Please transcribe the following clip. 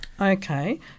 okay